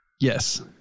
yes